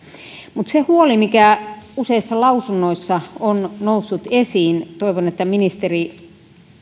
mutta se huoli mikä useissa lausunnoissa on noussut esiin toivon että ministeri